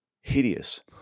hideous